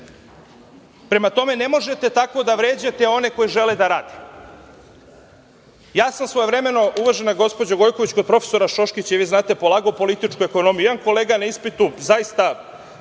Prema tome ne možete tako da vređate one koji žele da rade. Svojevremeno sam, uvažena gospođo Gojković, kod profesora Šoškića, i vi znate, polagao političku ekonomiju. Jedan kolega na ispitu zaista